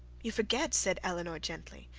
you forget, said elinor gently,